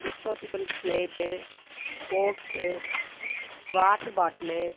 disposable plate spokes water bottle